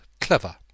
clever